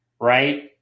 right